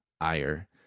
ire